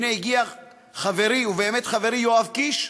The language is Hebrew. הנה הגיע חברי, הוא באמת חברי, יואב קיש,